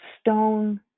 stone